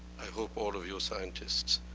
i hope all of your scientists,